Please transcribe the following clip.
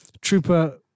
Trooper